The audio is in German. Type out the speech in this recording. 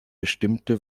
bestimmte